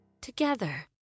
together